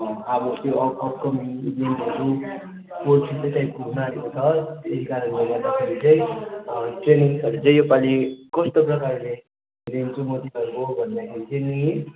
अब त्यो upcoming अर्को महिनादेखि गरौँ कोचिङको टाइपको हुनु आँटेको छ त्यही कारणले गर्दा फेरि चाहिँ ट्रेनिङ्सहरू चाहिँ यो पालि कस्तो प्रकारले लिन्छु म तिमीहरूको भन्दाखेरि चाहिँ नि